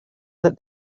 that